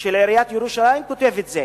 של עיריית ירושלים כותב את זה,